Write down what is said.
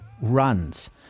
runs